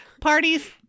parties